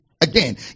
Again